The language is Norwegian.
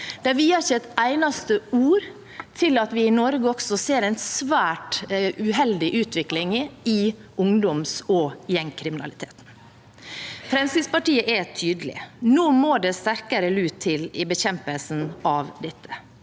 De viet ikke et eneste ord til at vi i Norge også ser en svært uheldig utvikling innen ungdoms- og gjengkriminalitet. Fremskrittspartiet er tydelig. Nå må det sterkere lut til i bekjempelsen av dette.